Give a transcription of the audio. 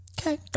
Okay